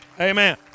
Amen